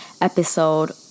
episode